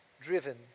driven